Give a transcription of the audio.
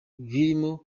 birimo